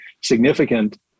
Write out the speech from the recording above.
significant